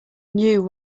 knew